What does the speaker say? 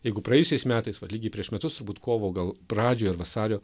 jeigu praėjusiais metais vat lygiai prieš metus turbūt kovo gal pradžioje vasario